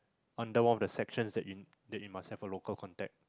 under one of the sections that it that it must have a local contact